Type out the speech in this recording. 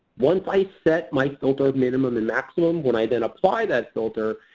once i set my filter minimum and maximum, when i then apply that filter,